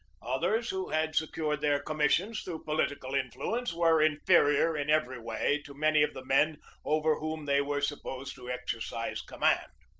others, who had secured their commissions through political influence, were inferior in every way to many of the men over whom they were supposed to exercise command.